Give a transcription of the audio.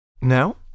Now